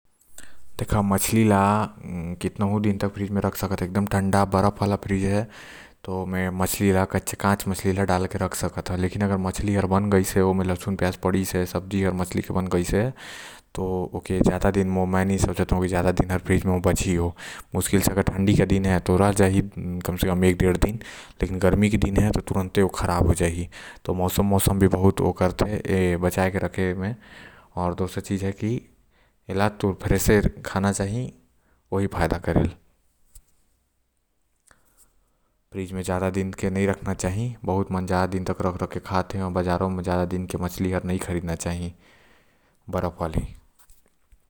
मछली ल कितनूहो दिन तक रख सकत हस फ्रिज म चाहे कितनूहू ठंडा हो लेकिन जो मछली में अदरक लहसुन पड़ गाइस है। त ओ मछली म तय कांच के अंदर डाल के रख सकत हस काबर की मोला नि लगत हे। कि ओ ज्यादा दिन तक बच ही ओहार आऊ अगर ठंडी के दिन हे तो ओ बच भी सकत है। लेकिन ओहि अगर गर्मी के दिन है तो ओ मछली जल्दी खराब हो जाहि। त मौसम के भी प्रभाव पड़े खाना के संग्रहण म।